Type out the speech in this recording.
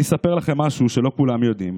אני אספר לכם משהו שלא כולם יודעים.